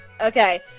Okay